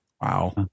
Wow